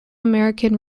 american